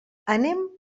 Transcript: anem